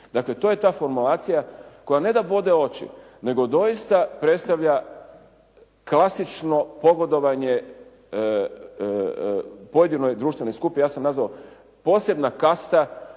Dakle, to je ta formulacija koja ne da bode oči nego doista predstavlja klasično pogodovanje pojedinoj društvenoj skupini. Ja sam nazvao posebna kasta